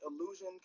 illusion